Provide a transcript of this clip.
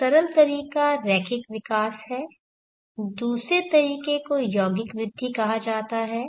एक सरल तरीका रैखिक विकास है दूसरे तरीके को यौगिक वृद्धि कहा जाता है